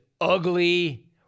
ugly